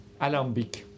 Alambic